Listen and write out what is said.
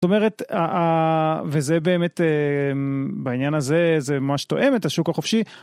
זאת אומרת, וזה באמת בעניין הזה זה מה שתואם את השוק החופשי.